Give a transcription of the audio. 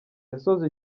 yasoje